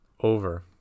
over